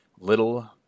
Little